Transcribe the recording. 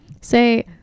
Say